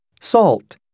salt